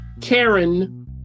Karen